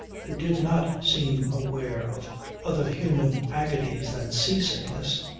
who did not seem aware of other human agonies than sea-sickness,